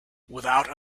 without